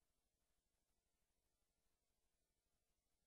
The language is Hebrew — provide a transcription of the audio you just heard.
כן, כן.